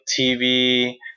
TV